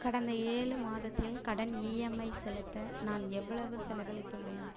கடந்த ஏழு மாதத்தில் கடன் இஎம்ஐ செலுத்த நான் எவ்வளவு செலவழித்துள்ளேன்